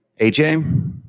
AJ